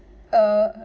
uh